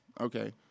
Okay